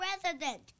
president